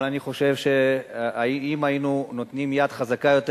אבל אני חושב שאם היינו נותנים יד חזקה יותר,